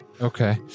Okay